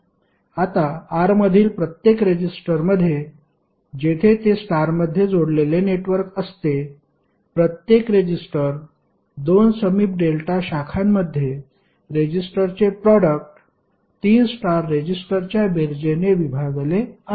आता R मधील प्रत्येक रेजिस्टरमध्ये जेथे ते स्टारमध्ये जोडलेले नेटवर्क असते प्रत्येक रेजिस्टर 2 समीप डेल्टा शाखांमध्ये रेजिस्टरचे प्रोडक्ट 3 स्टार रेजिस्टरच्या बेरजेने विभागले आहे